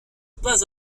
pas